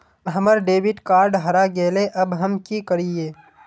हमर debit card हरा गेले अब हम की करिये?